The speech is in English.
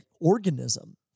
organism